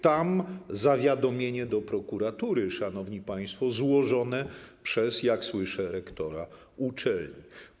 Tam zawiadomienie do prokuratury, szanowni państwo, złożone przez, jak słyszę, rektora uczelni.